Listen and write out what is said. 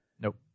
Nope